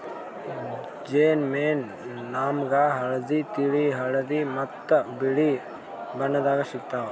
ಜೇನ್ ಮೇಣ ನಾಮ್ಗ್ ಹಳ್ದಿ, ತಿಳಿ ಹಳದಿ ಮತ್ತ್ ಬಿಳಿ ಬಣ್ಣದಾಗ್ ಸಿಗ್ತಾವ್